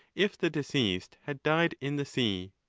if the deceased had died in the sea.